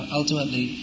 ultimately